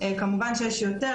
כמובן שיש יותר,